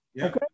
Okay